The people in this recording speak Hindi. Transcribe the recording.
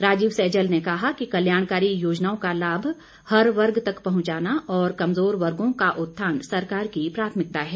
राजीव सहजल ने कहा कि कल्याणकारी योजनाओं का लाभ हर वर्ग तक पहुंचाना और कमजोर वर्गो का उत्थान सरकार की प्राथमिकता है